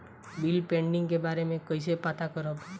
Bill pending के बारे में कईसे पता करब?